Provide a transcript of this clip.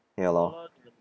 ya lor